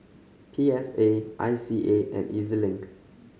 P S A I C A and E Z Link